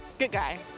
good guy.